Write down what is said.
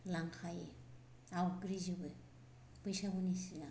लांखायो आवग्रिजोबो बैसागुनि सिगां